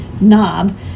knob